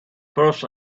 first